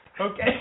Okay